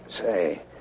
Say